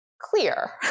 clear